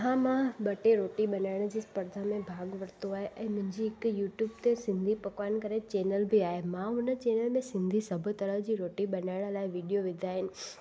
हा मां ॿ टे रोटी बनाइण जी स्पर्धा में भाग वरितो आहे ऐं मुंहिंजी हिकु यूटयूब ते सिंधी पकवान करे चैनल बि आहे मां हुन चैनल में सिंधी सभु तरह जी रोटी बनायण लाइ विडियो विधा आहिनि